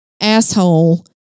asshole